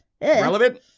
relevant